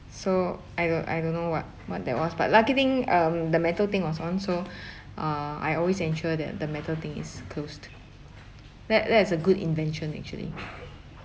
so I uh I don't know what what that was but lucky thing um the metal thing was on so uh I always ensure that the metal thing is closed that that is a good invention actually